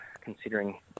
considering